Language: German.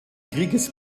krieges